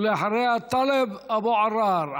ואחריה, טלב אבו עראר.